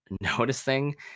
noticing